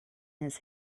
his